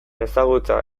ezagutza